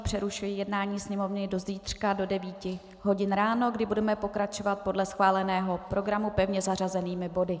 Přerušuji jednání Sněmovny do zítřka do 9 hodin ráno, kdy budeme pokračovat podle schváleného bodu pevně zařazenými body.